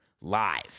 live